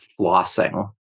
flossing